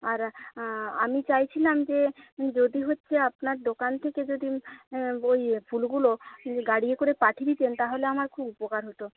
আর আমি চাইছিলাম যে যদি হচ্ছে আপনার দোকান থেকে যদি ওই ফুলগুলো গাড়ি করে পাঠিয়ে দিতেন তাহলে আমার খুব উপকার হতো